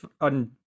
on